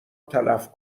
تلف